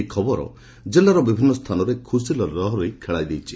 ଏହି ଖବର ଜିଲ୍ଲାର ବିଭିନ୍ନ ସ୍ଚାନରେ ଖୁସିର ଲହରୀ ଖେଳାଇ ଦେଇଛି